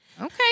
Okay